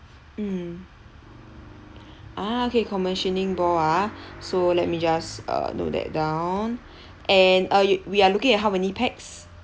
mm okay commissioning ball ah so let me just uh note that down and uh you we are looking at how many pax